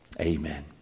Amen